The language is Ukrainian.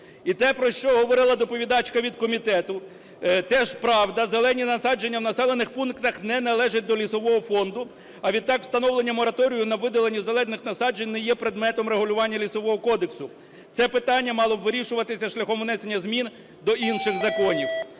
І те, про що говорила доповідачка від комітету, теж правда: зелені насадження в населених пунктах не належать до Лісового фонду, а відтак встановлення мораторію на видалення зелених насаджень не є предметом регулювання Лісового кодексу. Це питання мало б вирішуватись шляхом внесення змін до інших законів.